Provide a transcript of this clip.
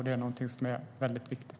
Det är någonting som är viktigt.